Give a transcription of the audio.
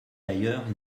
d’ailleurs